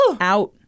Out